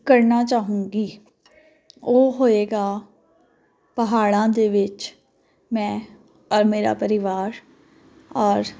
ਕਰਨਾ ਚਾਹੂੰਗੀ ਉਹ ਹੋਏਗਾ ਪਹਾੜਾਂ ਦੇ ਵਿੱਚ ਮੈਂ ਔਰ ਮੇਰਾ ਪਰਿਵਾਰ ਔਰ